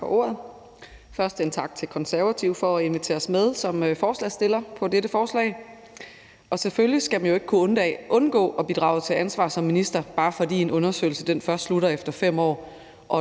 Tak for ordet. Først en tak til Konservative for at invitere os med som forslagsstillere på dette forslag. Selvfølgelig skal man ikke kunne undgå at blive draget til ansvar som minister, bare fordi en undersøgelse først slutter efter 5 år,